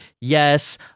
yes